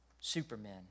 supermen